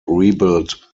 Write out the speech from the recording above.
rebuild